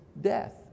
death